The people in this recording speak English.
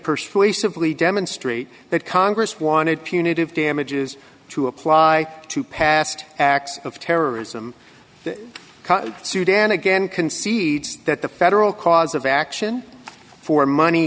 persuasively demonstrate that congress wanted punitive damages to apply to past acts of terrorism sudan again concedes that the federal cause of action for money